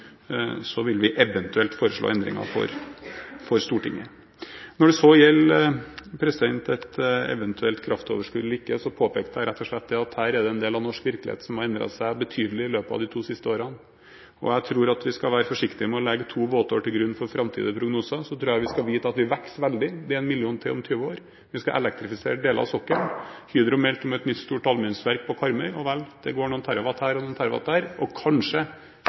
gjelder et eventuelt kraftoverskudd eller ikke, påpekte jeg rett og slett at her er det en del av norsk virkelighet som har endret seg betydelig i løpet av de to siste årene. Jeg tror at vi skal være forsiktig med å legge to våtår til grunn for framtidige prognoser. Så tror jeg vi skal vite at vi vokser veldig – det er en million til om 20 år, vi skal elektrifisere deler av sokkelen, Hydro meldte om et nytt stort aluminiumsverk på Karmøy. Vel, det går noen terrawatt her og noen terrawatt der, og kanskje